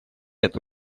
эту